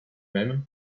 même